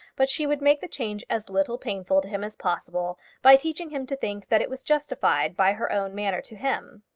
but she would make the change as little painful to him as possible by teaching him to think that it was justified by her own manner to him.